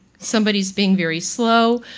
somebody's being very slow.